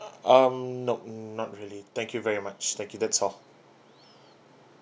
um nope not really thank you very much thank you that's all